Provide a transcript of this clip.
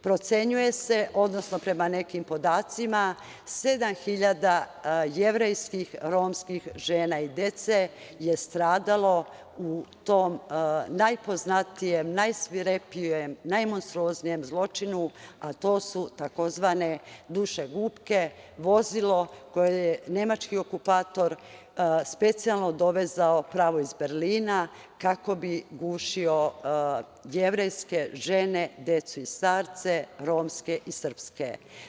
Procenjuje se, odnosno prema nekim podacima, 7.000 jevrejskih, romskih žena i dece je stradalo u tom najpoznatijem, najsvirepijem, najmonstruoznijem zločinu, a to su tzv. dušegupke, vozilo koje je nemački okupator specijalno dovezao pravo iz Berlina kako bi gušio jevrejske žene decu i starce, romske i srpske.